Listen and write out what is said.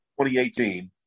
2018